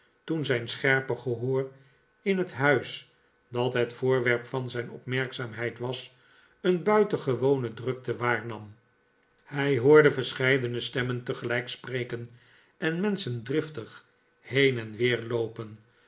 toen zijn scherpe gehoor in het huis dat het voorwerp van zijn opmerkzaamheid was een buitengewone drukte waarnam hij hoorde verscheidene stemmen tegelijk spreken en menschen driftig heen en weer loopen